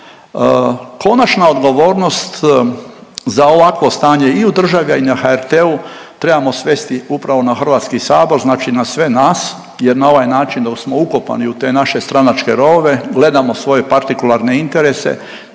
Konačna odgovornost za ovakvo stanje i u državi, a i na HRT-u trebamo svesti upravo na Hrvatski sabor znači na sve nas, jer na ovaj način da smo ukopani na te naše stranačke rovove, gledamo svoje partikularne interese,